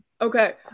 Okay